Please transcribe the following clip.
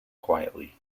quietly